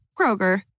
Kroger